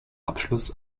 abschluss